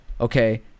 okay